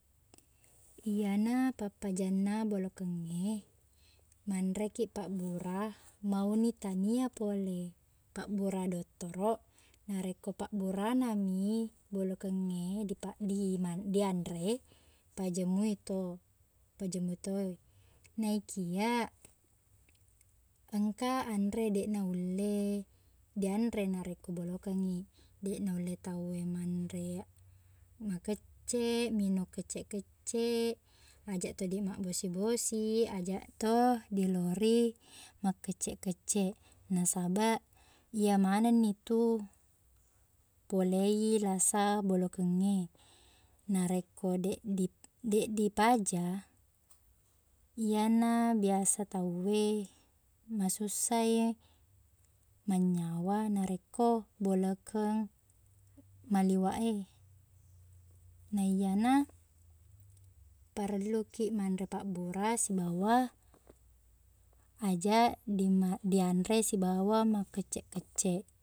Iyena pappajanna bolokengnge, manreki pabbura mauni tania pole pabbura doktoroq, narekko pabburanami bolokoengnge dipaq- diman- dianre, paja mui tu- paja metoi. Naikia engka anre deqna ulle dianre narekko bolokengngi. Deq nulle tauwe manre makecceq, minung kecceq-kecceq, ajak tudi mabbosi-bosi, ajaq to dilori makecceq-kecceq, nasabaq iye manengni tu polei lasa bolokengnge. Narekko deq di- deq dipaja, iyana biasa tauwe, masussai mannyawa narekko bolokeng malliweq e. Naiyana parellukiq manre pabbura sibawa ajaq dima- dianre sibawa makecceq-kecceq.